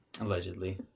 Allegedly